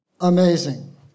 Amazing